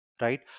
right